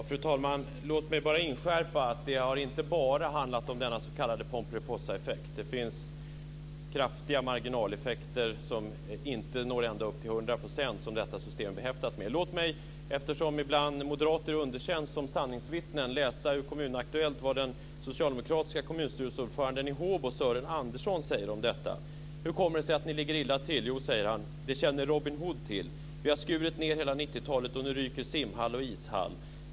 Fru talman! Låt mig bara inskärpa att det inte bara har handlat om denna s.k. Pomperipossaeffekt. Det finns kraftiga marginaleffekter, som inte når ända upp till 100 %, som detta system är behäftat med. Låt mig eftersom moderater ibland underkänns som sanningsvittnen läsa ur Kommun Aktuellt vad den socialdemokratiska kommunstyrelseordföranden i Håbo, Sören Andersson, säger om detta. Hur kommer det sig att ni ligger illa till? Jo, säger han: "Det känner Robin Hood till. Vi har skurit ned hela 90 talet och nu ryker simhall och ishall."